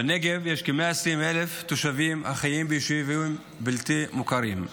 בנגב יש כ-120,000 תושבים החיים ביישובים בלתי מוכרים.